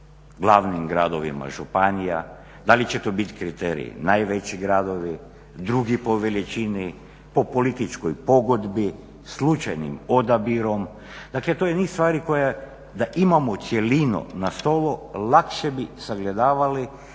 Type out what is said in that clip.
glavnim gradovima županija, da li će to biti kriterij najveći gradovi, drugi po veličini, po političkoj pogodbi, slučajnim odabirom. Dakle to je niz stvari koje da imamo cjelinu na stolu lakše bi sagledavali,